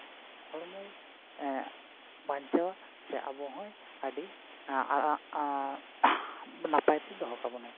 ᱦᱚᱲᱢᱚᱭ ᱵᱟᱧᱪᱟᱣᱟ ᱥᱮ ᱟᱵᱚ ᱦᱚᱸᱭ ᱟᱹᱰᱤ ᱱᱟᱯᱟᱭᱛᱮᱭ ᱫᱚᱦᱚ ᱠᱟᱵᱚᱱᱟᱭ